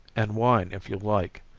and wine if you like,